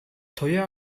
туяа